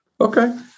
Okay